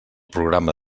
programa